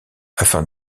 afin